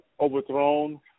overthrown